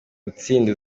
gutsinda